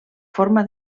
forma